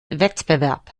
wettbewerb